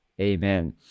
Amen